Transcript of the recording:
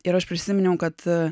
ir aš prisiminiau kad